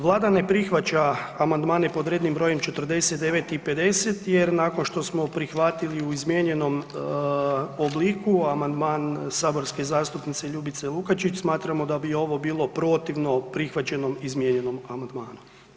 Vlada ne prihvaća amandmane pod rednim brojem 49. i 50. jer nakon što smo prihvatili u izmijenjenom obliku amandman saborske zastupnice Ljubice LUkačić smatramo da bi ovo bilo protivno prihvaćenom izmijenjenom amandmanu.